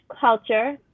culture